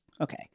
okay